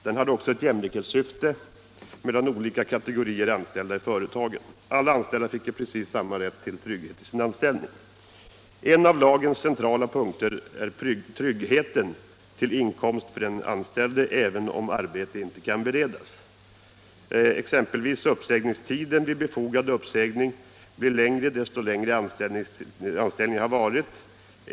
Den hade också ett jämlikhetssyfte mellan olika kategorier anställda i företagen. Alla anställda fick i princip samma trygghet i sin anställning. En av lagens centrala punkter är tryggheten till utkomst för den anställde, även om arbete inte kan beredas. Uppsägningstiden vid befogad uppsägning blir exempelvis längre ju längre anställningen har varit.